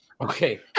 Okay